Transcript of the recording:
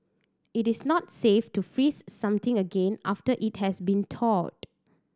it is not safe to freeze something again after it has been thawed